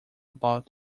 about